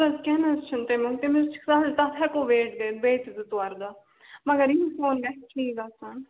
اَدٕ حظ کیٚنٛہہ نہَ حظ چھُ نہٕ تیمیُک تیمیُک چھُ سہلٕے تَتھ ہٮ۪کو ویٹ کٔرِتھ بیٚیہِ تہِ زٕ ژور دۄہ مگر یہِ فون گژھِ ٹھیٖک گژھُن